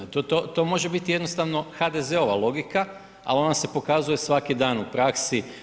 Ne, to može biti jednostavno HDZ-ova logika al ona se pokazuje svaki dan u praksi.